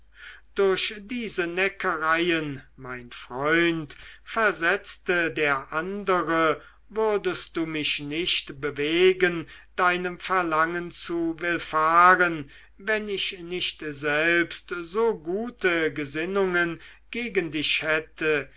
durch diese neckereien mein freund versetzte der andere würdest du mich nicht bewegen deinem verlangen zu willfahren wenn ich nicht selbst so gute gesinnungen gegen dich hätte